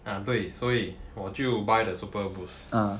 ah 对所以我就 buy the superboost